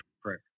prayer